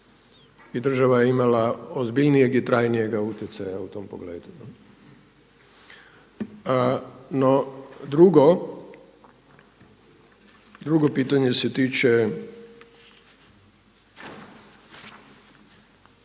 i država je imala ozbiljnijeg i trajnijega utjecaja u tom pogledu. No drugo, drugo pitanje se tiče